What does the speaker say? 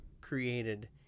created